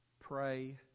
pray